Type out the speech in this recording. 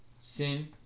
sin